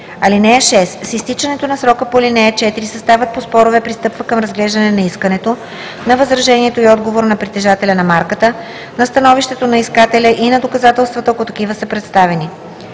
срок. (6) С изтичането на срока по ал. 4 съставът по спорове пристъпва към разглеждане на искането, на възражението и отговора на притежателя на марката, на становището на искателя и на доказателствата, ако такива са представени.